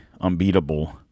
unbeatable